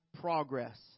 progress